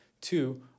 Two